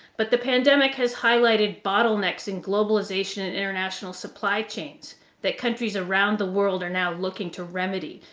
but the pandemic has highlighted bottlenecks in globalization and international supply chains that countries around the world are now looking to remedy.